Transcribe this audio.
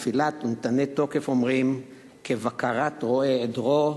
בתפילת "ונתנה תוקף" אומרים: "כבקרת רועה עדרו,